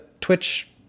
Twitch